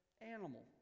animal